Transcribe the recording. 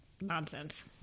nonsense